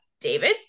David